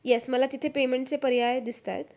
yes मला तिथे पेमेंटचे पर्याय दिसत आहेत